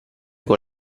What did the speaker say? con